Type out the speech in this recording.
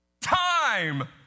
Time